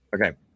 Okay